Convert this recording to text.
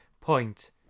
point